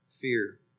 fear